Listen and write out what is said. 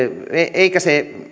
se